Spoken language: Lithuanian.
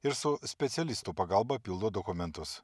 ir su specialistų pagalba pildo dokumentus